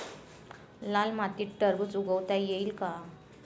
लाल मातीत टरबूज उगवता येईल का?